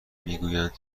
میگویند